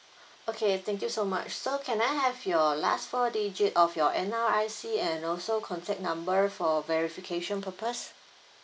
okay thank you so much so can I have your last four digit of your N_R_I_C and also contact number for verification purpose